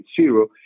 zero